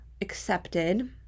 accepted